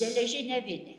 geležinę vinį